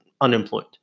unemployed